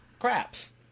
Craps